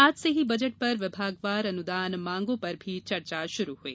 आज से ही बजट पर विभागवार अनुदान मांगों पर भी चर्चा शुरू हुई